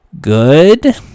good